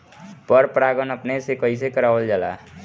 पर परागण अपने से कइसे करावल जाला?